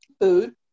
Food